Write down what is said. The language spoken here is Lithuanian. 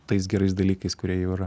tais gerais dalykais kurie jau yra